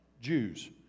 Jews